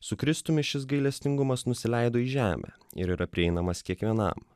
su kristumi šis gailestingumas nusileido į žemę ir yra prieinamas kiekvienam